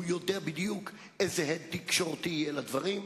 הוא יודע בדיוק איזה הד תקשורתי יהיה לדברים.